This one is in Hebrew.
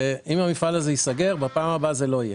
אם המפעל הזה ייסגר, בפעם הבאה זה לא יהיה.